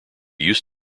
used